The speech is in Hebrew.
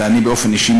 ואני באופן אישי,